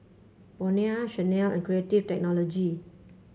Bonia Chanel and Creative Technology